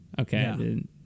Okay